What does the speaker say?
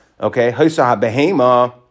okay